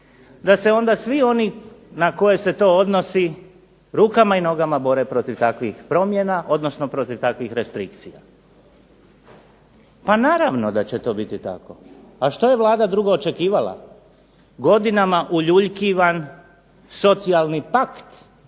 da se onda svi oni na koje se to odnosi rukama i nogama bore protiv takvih promjena, odnosno protiv takvih restrikcija. Pa naravno da će to biti, a što je Vlada očekivala? Godinama uljuljkivan socijalni pakt